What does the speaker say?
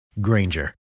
Granger